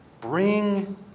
Bring